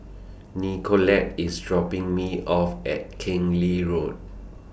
Nicolette IS dropping Me off At Keng Lee Road